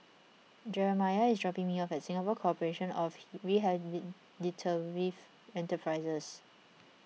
Jeremiah is dropping me off at Singapore Corporation of Rehabilitative Enterprises